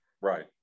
Right